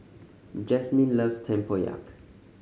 Jasmine loves tempoyak